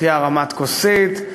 תהיה הרמת כוסית,